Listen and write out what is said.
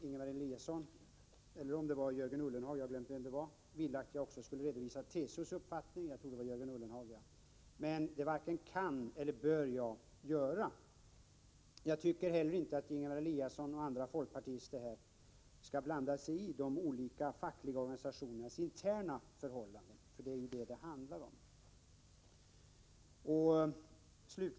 Jörgen Ullenhag — eller möjligen Ingemar Eliasson — ville också att jag skulle redovisa TCO:s uppfattning. Men det varken kan eller bör jag göra. Jag tycker inte heller att Ingemar Eliasson och andra folkpartister skall blanda sig i de olika fackliga organisationernas interna förhållanden — men det är ju vad det handlar om.